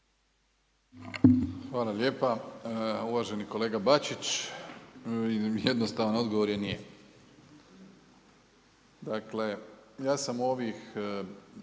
Hvala lijepa. Uvaženi kolega Bačić, jednostavan odgovor je nije. Dakle ja sam u ovih